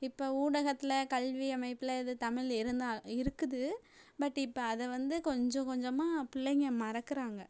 இப்போ ஊடகத்தில் கல்வியமைப்பில் எது தமிழ் இருந்தால் இருக்குது பட் இப்போ அதை வந்து கொஞ்சம் கொஞ்சமாக பிள்ளைங்கள் மறக்கிறாங்க